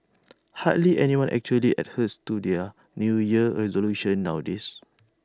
hardly anyone actually adheres to their New Year resolutions nowadays